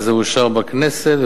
וזה אושר בכנסת,